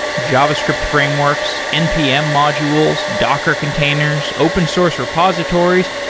javascript frameworks, npm modules, docker containers, open source repositories,